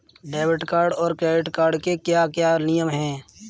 Debit card और credit card के क्या क्या नियम हैं?